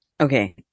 Okay